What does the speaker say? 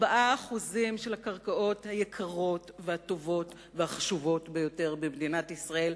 4% של הקרקעות היקרות והטובות והחשובות ביותר במדינת ישראל,